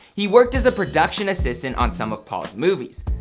he worked as a production assistant on some of paul's movies.